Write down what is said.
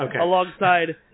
Alongside